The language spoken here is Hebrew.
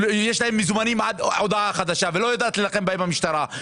ויש להם מזומנים עד הודעה חדשה,